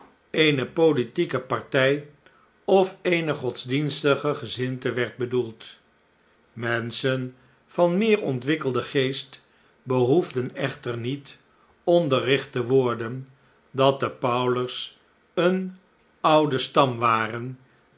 eerie politieke partij of eene godsdienstige gezindte werd bedoeld menschen van meer ontwikkelden geest behoefden echter niet onderricht teworden dat de powler's een oude stam waren